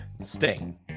Sting